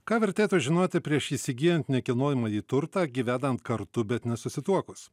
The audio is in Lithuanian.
ką vertėtų žinoti prieš įsigyjant nekilnojamąjį turtą gyvenan kartu bet nesusituokus